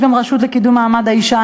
יש גם רשות לקידום מעמד האישה.